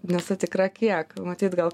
nesu tikra kiek matyt gal